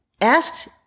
Asked